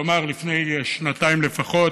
כלומר לפני שנתיים לפחות,